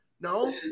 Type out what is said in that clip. No